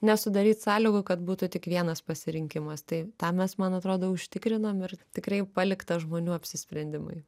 nesudaryt sąlygų kad būtų tik vienas pasirinkimas tai tą mes man atrodo užtikrinam ir tikrai palikta žmonių apsisprendimui